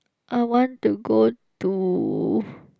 I want to go to